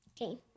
Okay